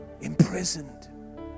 imprisoned